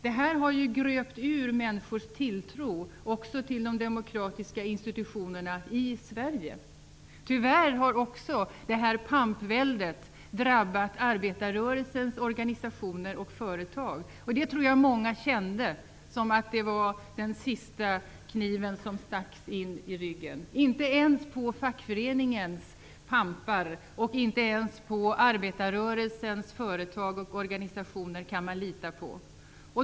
Detta har gröpt ur människors tilltro även till de demokratiska institutionerna i Sverige. Tyvärr har också det här pampväldet drabbat arbetarrörelsens organisationer och företag. Det tror jag många kände som att det var den sista kniven som stacks in i ryggen. Inte ens på fackföreningens pampar, inte ens på arbetarrörelsens företag och organisationer kan man lita.